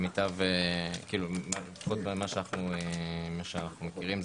לפחות מה שאנחנו מכירים,